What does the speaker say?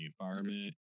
environment